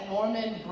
Norman